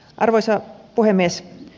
arvoisa puhemies